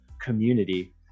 community